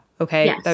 okay